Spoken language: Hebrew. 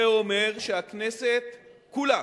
זה אומר שהכנסת כולה